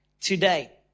today